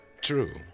True